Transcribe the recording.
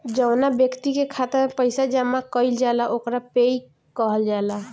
जौवना ब्यक्ति के खाता में पईसा जमा कईल जाला ओकरा पेयी कहल जाला